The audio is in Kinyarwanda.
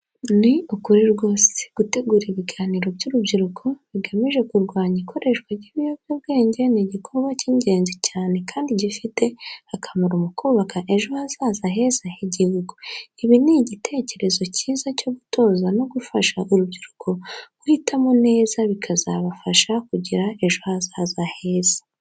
Ni ukuri rwose, gutegura ibiganiro by’urubyiruko bigamije kurwanya ikoreshwa ry’ibiyobyabwenge ni igikorwa cy’ingenzi cyane kandi gifite akamaro mu kubaka ejo hazaza heza h’igihugu. Ibi ni igitekerezo cyiza cyo gutoza no gufasha urubyiruko guhitamo neza bikazabafasha kugira ejo hazaza heza.